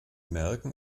merken